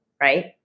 Right